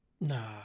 Nah